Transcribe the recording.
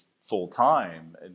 full-time